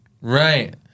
Right